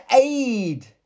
aid